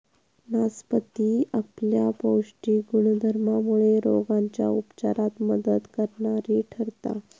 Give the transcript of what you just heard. नासपती आपल्या पौष्टिक गुणधर्मामुळे रोगांच्या उपचारात मदत करणारी ठरता